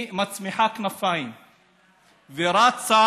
היא מצמיחה כנפיים ורצה